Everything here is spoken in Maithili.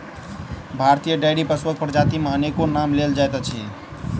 भारतीय डेयरी पशुक प्रजाति मे अनेको नाम लेल जाइत अछि